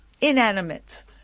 inanimate